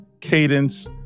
cadence